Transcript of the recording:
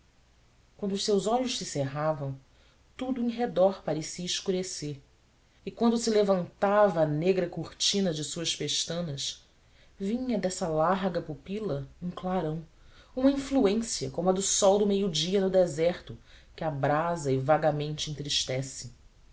quando os seus olhos se cerravam tudo em redor parecia escurecer e quando se levantava a negra cortina das suas pestanas vinha dessa larga pupila um clarão uma influência como a do sol do meio-dia no deserto que abrasa e vagamente entristece